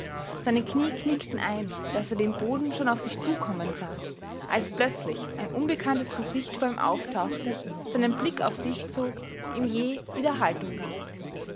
seine knie knickten ein daß er den boden schon auf sich zukommen sah als plötzlich ein unbekanntes gesicht vor ihm auftauchte seinen blick auf sich zog ihm jäh wieder haltung gab